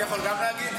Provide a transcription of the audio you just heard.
אני יכול גם להגיד?